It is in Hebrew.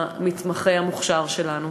המתמחה המוכשר שלנו.